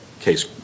case